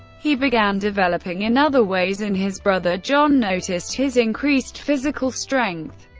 he began developing in other ways, and his brother john noticed his increased physical strength,